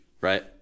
right